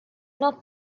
not